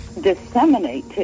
disseminate